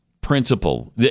principle